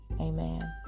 Amen